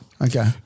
Okay